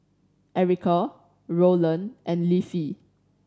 Erica Rowland and Leafy